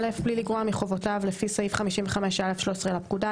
(א)בלי לגרוע מחובותיו לפי סעיף 55א13 לפקודה,